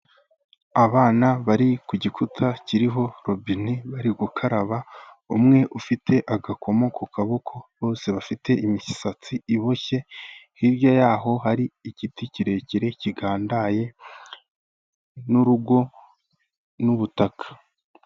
Abana bari ku gikuta kiriho robini bari gukaraba, umwe ufite agakomo ku kaboko, bose bafite imisatsi iboshye, hirya yaho hari igiti kirekire kigandaye n'urugo n'ubutaka.